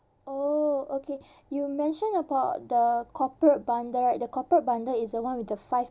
oh okay you mentioned about the corporate bundle right the corporate bundle is the one with the five